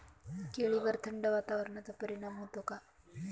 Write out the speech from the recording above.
केळीवर थंड वातावरणाचा परिणाम होतो का?